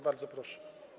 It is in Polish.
Bardzo proszę.